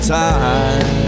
time